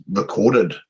recorded